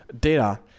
data